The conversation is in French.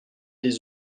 des